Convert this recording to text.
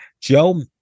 joe